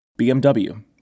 BMW